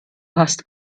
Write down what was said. hast